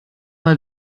mal